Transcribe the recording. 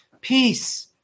peace